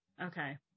Okay